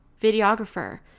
videographer